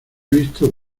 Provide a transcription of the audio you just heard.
visto